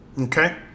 Okay